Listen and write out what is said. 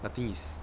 I think is